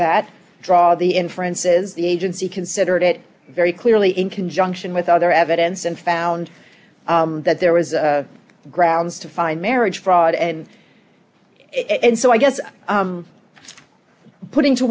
that draw the inferences the agency considered it very clearly in conjunction with other evidence and found that there was grounds to find marriage fraud and it and so i guess putting to